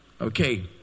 Okay